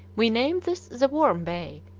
we named this the warm bay,